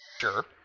sure